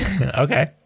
Okay